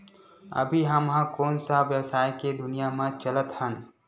अभी हम ह कोन सा व्यवसाय के दुनिया म चलत हन?